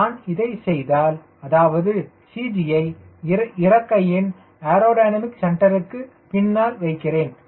நான் இதைச் செய்தால் அதாவது CG யை இறக்கையின் ஏரோடைனமிக் சென்டருக்கு பின்னால் வைக்கிறேன்